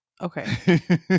okay